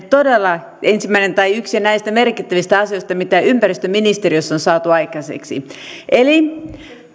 todella ensimmäinen ja yksi näistä merkittävistä asioista mitä ympäristöministeriössä on saatu aikaiseksi eli